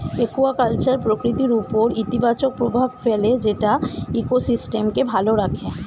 aquaculture প্রকৃতির উপর ইতিবাচক প্রভাব ফেলে যেটা ইকোসিস্টেমকে ভালো রাখে